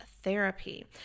therapy